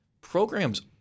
programs